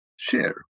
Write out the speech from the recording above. Share